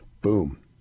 boom